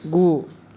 गु